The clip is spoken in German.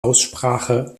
aussprache